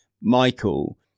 Michael